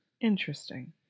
Interesting